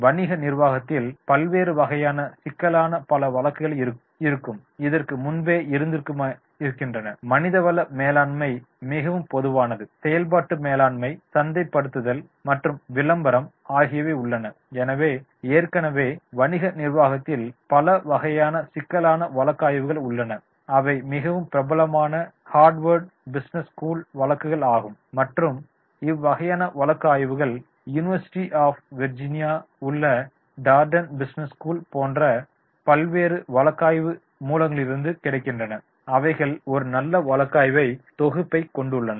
வணிக நிர்வாகத்தில் பல்வேறு வகையான சிக்கலான பல வழக்குகள் இதற்கு முன்பே இருந்துயிருக்கின்றன மனிதவள மேலாண்மை மிகவும் பொதுவானது செயல்பாட்டு மேலாண்மை சந்தைப்படுத்துதல் மற்றும் விளம்பரம் ஆகியவையும் உள்ளன எனவே ஏற்கனவே வணிக நிர்வாகத்தில் பல வகையான சிக்கல்களான வழக்கு ஆய்வுகள் உள்ளன அவை மிகவும் பிரபலமான ஹார்வர்ட் பிசினஸ் ஸ்கூல் வழக்குகள் ஆகும் மற்றும் இவ்வகையான வழக்கு ஆய்வுகள் யூனிவர்சிட்டி ஆப் வர்ஜினியா உள்ள டார்டன் பிசினஸ் ஸ்கூல் போன்ற பல்வேறு வழக்காய்வு மூலங்களிலிருந்து கிடைக்கின்றன அவைகள் ஒரு நல்ல வழக்காய்வு தொகுப்பை கொண்டுள்ளன